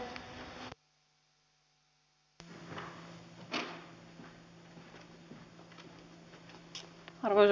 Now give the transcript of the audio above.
arvoisa puhemies